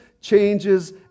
changes